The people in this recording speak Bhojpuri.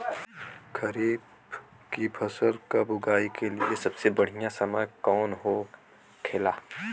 खरीफ की फसल कब उगाई के लिए सबसे बढ़ियां समय कौन हो खेला?